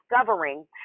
discovering